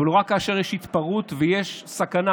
אבל הוא רק כאשר יש התפרעות ויש סכנה